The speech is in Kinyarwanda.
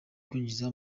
kwinjiza